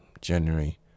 January